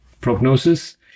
prognosis